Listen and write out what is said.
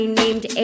named